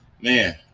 man